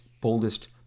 boldest